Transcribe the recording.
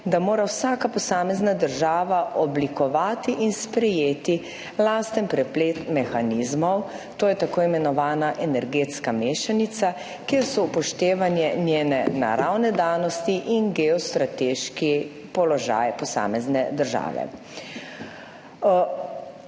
da mora vsaka posamezna država oblikovati in sprejeti lasten preplet mehanizmov, to je tako imenovana energetska mešanica, kjer so upoštevane njene naravne danosti in geostrateški položaj posamezne države.